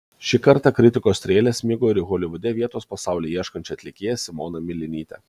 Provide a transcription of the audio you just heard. šį kartą kritikos strėlės smigo ir į holivude vietos po saule ieškančią atlikėją simoną milinytę